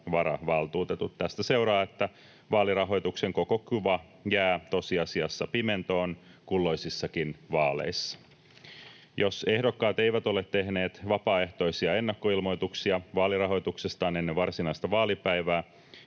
varavaltuutetut. Tästä seuraa, että vaalirahoituksen koko kuva jää tosiasiassa pimentoon kulloisissakin vaaleissa. Jos ehdokkaat eivät ole tehneet vapaaehtoisia ennakkoilmoituksia vaalirahoituksestaan ennen varsinaista vaalipäivää,